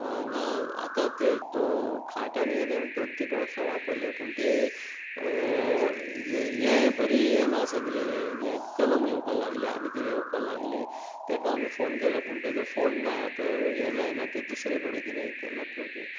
ना आतां ते दो खाट आनी हे ते हांवें दोन तीन वर्सां वापरल्यो पूण ती हें बरी हें ना सगलें हे हे कलम येवपाक लागली आनी किदें येवपाक लागली ताका आमी फोन केलो पूण तेचो फोन ना त हें जायना ते दुसरे कडेन किदें केल्या प्रॉजेक्ट